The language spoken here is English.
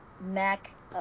Mac